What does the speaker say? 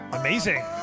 amazing